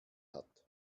hat